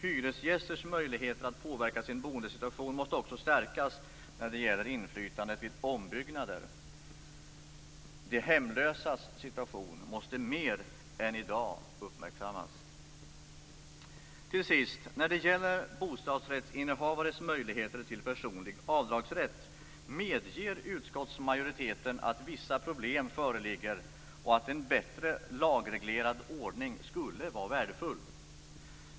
Hyresgästers möjligheter att påverka sin boendesituation måste också stärkas när det gäller inflytandet vid ombyggnader. De hemlösas situation måste mer än i dag uppmärksammas. När det gäller bostadsrättsinnehavares möjligheter till personlig avdragsrätt, medger utskottsmajoriteten att vissa problem föreligger och att en bättre lagreglerad ordning skulle vara värdefull.